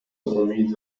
امید